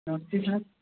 नमस्ते सर